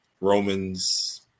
Roman's